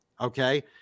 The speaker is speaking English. Okay